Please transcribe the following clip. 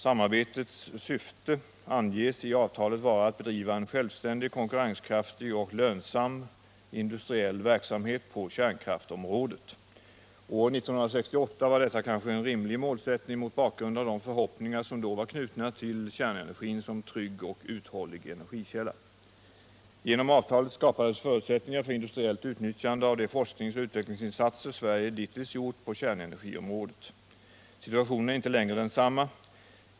Samarbetets syfte anges i avtalet vara att bedriva en självständig, konkurrenskraftig och lönsam industriell verksamhet på kärnkraftsområdet. År 1968 var detta kanske en rimlig målsättning mot bakgrund av de förhoppningar som då var knutna till kärnenergin som trygg och uthållig energikälla. Genom avtalet skapades förutsättningar för industriellt utnyttjande av de forskningsoch utvecklingsinsatser Sverige dittills gjort på kärnenergiområdet. Situationen är inte längre densamma.